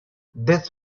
this